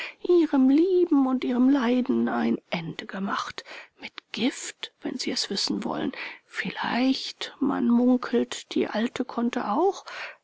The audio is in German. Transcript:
ihrem lieben und ihrem leiden ein ende gemacht mit gift wenn sie es wissen wollen vielleicht man munkelt die alte konnte auch